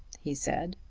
he said.